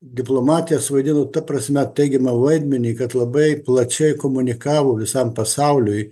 diplomatija suvaidino ta prasme teigiamą vaidmenį kad labai plačiai komunikavo visam pasauliui